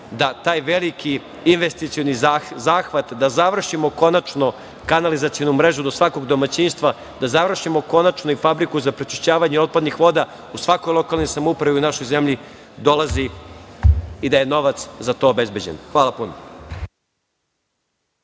da taj veliki investicioni zahvat, da završimo konačno kanalizacionu mrežu do svakog domaćinstva, da završimo konačno i fabriku za prečišćavanje otpadnih voda u svakoj lokalnoj samoupravi u našoj zemlji dolazi i da je novac za to obezbeđen. Hvala.